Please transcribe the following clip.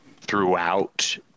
throughout